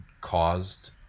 caused